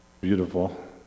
Beautiful